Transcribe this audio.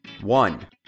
One